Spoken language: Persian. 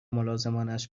ملازمانش